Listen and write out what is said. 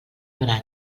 gran